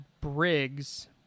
Briggs